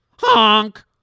Honk